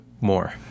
more